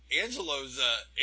Angelo's